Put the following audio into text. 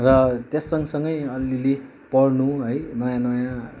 र त्यस सँगसँगै अलिअलि पढ्नु है नयाँ नयाँ